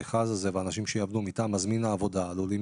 המכרז הזה ואנשים שיעבדו מטעם מזמין העבודה עלולים